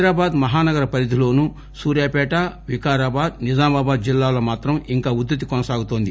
హైదరాబాద్ మహానగర పరిధిలోనూ సూర్యాపేట వికారాబాద్ నిజామాబాద్ జిల్లాల్లో మాత్రమే ఇంకా ఉధృతి కొనసాగుతోంది